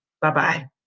Bye-bye